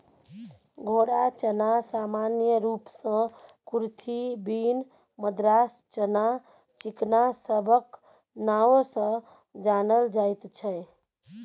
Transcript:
घोड़ा चना सामान्य रूप सँ कुरथी, बीन, मद्रास चना, चिकना सबक नाओ सँ जानल जाइत छै